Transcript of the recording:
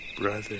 Brother